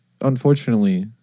unfortunately